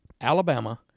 Alabama